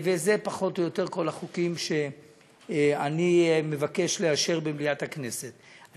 אלה פחות או יותר כל החוקים שאני מבקש לאשר במליאת הכנסת.